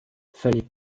fallait